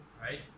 Right